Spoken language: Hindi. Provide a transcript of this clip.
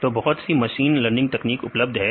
तो बहुत सी मशीन तकनीक उपलब्ध है